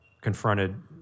confronted